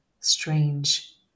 strange